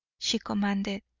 she commanded.